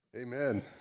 Amen